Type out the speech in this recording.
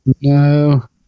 No